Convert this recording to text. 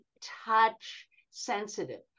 touch-sensitive